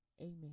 Amen